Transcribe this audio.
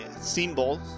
symbols